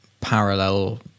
parallel